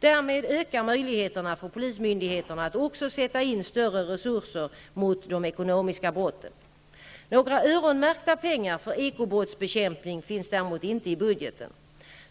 Därmed ökar möjligheterna för polismyndigheterna att också sätta in större resurser mot de ekonomiska brotten. Några öronmärkta pengar för ekobrottsbekämpning finns däremot inte i budgeten.